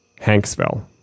Hanksville